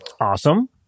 Awesome